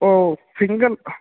ओ single